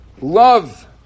Love